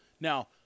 Now